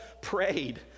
prayed